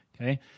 Okay